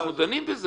אנחנו דנים בזה.